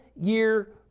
year